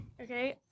Okay